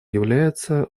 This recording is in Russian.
является